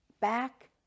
back